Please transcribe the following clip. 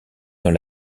dans